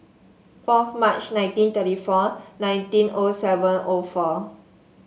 fourth March nineteen thirty four nineteen O seven O four